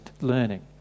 learning